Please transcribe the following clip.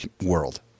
world